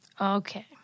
Okay